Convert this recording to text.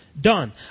done